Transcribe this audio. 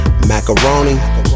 Macaroni